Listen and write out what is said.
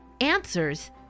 answers